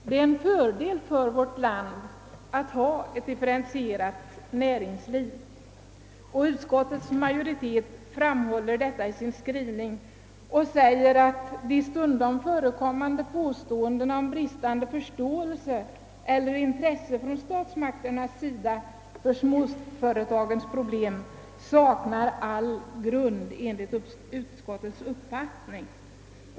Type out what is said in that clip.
Det är en fördel för vårt land att ha ett differentierat näringsliv, och utskottsmajoriteten framhåller detta på följande sätt i sin skrivning: »För de stundom förekommande påståendena om bristande förståelse eller intresse från statsmakternas sida för småföretagens problem saknas också enligt utskottets uppfattning all grund.